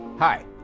Hi